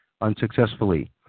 unsuccessfully